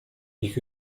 ich